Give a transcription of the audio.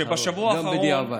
גם בדיעבד.